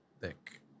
thick